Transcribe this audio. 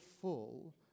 full